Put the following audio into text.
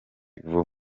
vuba